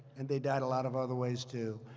and they died a lot of other ways too.